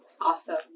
Awesome